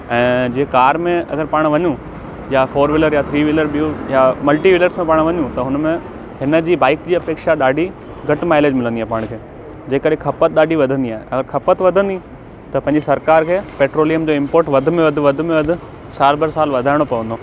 ऐं जे कार में अगरि पाण वञूं या फोर व्हीलर या थ्री व्हीलर ॿियूं या मल्टी व्हीलर्स में पाण वञूं त हुन में हुन जी बाइक जी अपेक्षा ॾाढी घटि माइलेज मिलंदी आहे पाण खे जंहिं करे खपत ॾाढी वधंदी आहे ऐं खपत वधंदी त पंहिंजी सरकारि खे पेट्रोलीयम जो इंपोर्ट वधि में वधि वधि में वधि साल भर साल वधाइणो पवंदो